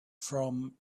from